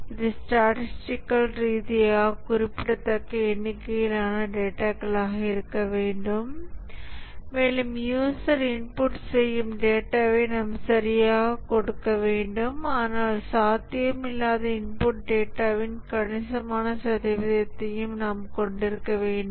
இது ஸ்டாடீஸ்டிகல் ரீதியாக குறிப்பிடத்தக்க எண்ணிக்கையிலான டேட்டாகளாக இருக்க வேண்டும் மேலும் யூசர் இன்புட் செய்யும் டேட்டாவை நாம் சரியாக கொடுக்க வேண்டும் ஆனால் சாத்தியமில்லாத இன்புட் டேட்டாவின் கணிசமான சதவீதத்தையும் நாம் கொண்டிருக்க வேண்டும்